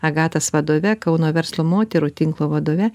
agatas vadove kauno verslo moterų tinklo vadove